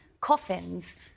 coffins